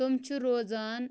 تم چھِ روزان